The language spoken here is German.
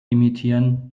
imitieren